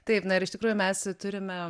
taip na ir iš tikrųjų mes turime